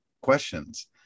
questions